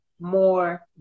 more